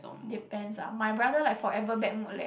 depends ah my brother like forever bad mood leh